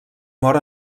mor